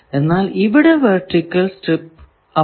എന്നാൽ ഇവിടെ vertical strip ആണ്